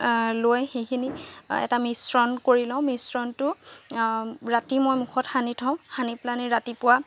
লৈ সেইখিনি এটা মিশ্ৰণ কৰি লওঁ মিশ্ৰণটো ৰাতি মই মুখত সানি থওঁ সানি পেলাইনি ৰাতিপুৱা